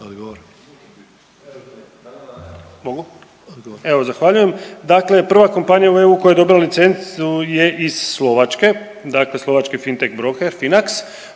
Odgovor.